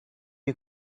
you